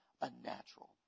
unnatural